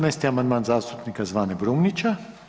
14. amandman zastupnika Zvane Brumnića.